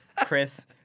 Chris